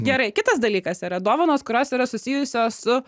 gerai kitas dalykas yra dovanos kurios yra susijusios su